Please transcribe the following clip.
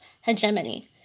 hegemony